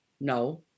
no